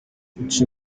imico